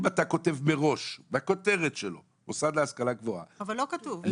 אם אתה כותב מראש בכותרת שלו מוסד להשכלה גבוהה --- אבל לא כתוב,